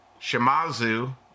Shimazu